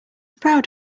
proud